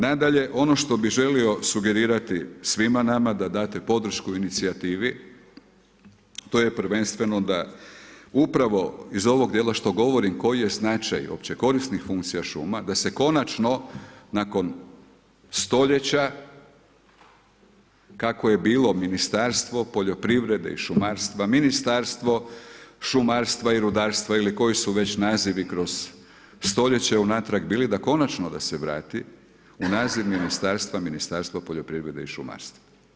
Nadalje, ono što bi želio sugerirati svima nama da date podršku inicijativi, to je prvenstveno da u pravo iz ovog dijela što govorim koji je značaj opće korisnih funkcija šuma da se konačno nakon stoljeća kako je bilo ministarstvo poljoprivrede i šumarstva, ministarstvo šumarstva, rudarstva ili koji su već nazivi kroz stoljeće unatrag bili da konačno da se vrati u naziv Ministarstva poljoprivrede i šumarstva.